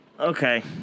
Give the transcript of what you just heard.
Okay